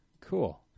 cool